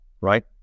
right